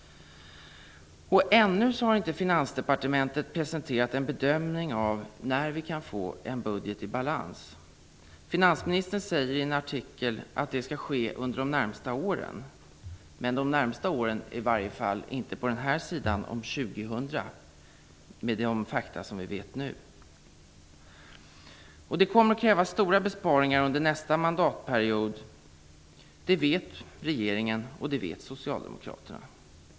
Ännu har inte Finansdepartementet presenterat en bedömning av när vi kan få en budget i balans. Finansminstern säger i artikeln att det skall ske under de närmaste åren. Men de närmaste åren är, i varje fall inte med de fakta vi känner till nu, på den här sidan om 2000. Det kommer att krävas stora besparingar under nästa mandatperiod. Det vet regeringen och det vet socialdemokraterna.